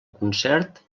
concert